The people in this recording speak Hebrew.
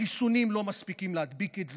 החיסונים לא מספיקים להדביק את זה.